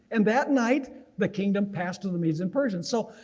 and that night the kingdom passed of the medes in persians so,